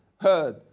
heard